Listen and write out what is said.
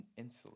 insulin